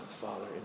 Father